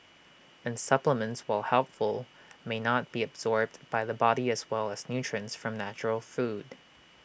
and supplements while helpful may not be absorbed by the body as well as nutrients from natural food